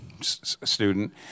student